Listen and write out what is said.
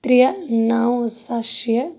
ترٛےٚ نَو زٕساس شےٚ